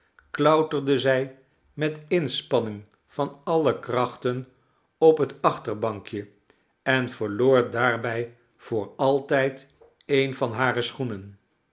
klouterde zij met inspanning van alle krachten op het achterbankje en verloor daarbij voor altijd een van hare schoenen